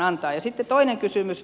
sitten toinen kysymys